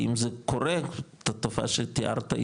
כי אם אז קורה את התופעה שתיארת,